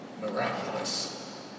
miraculous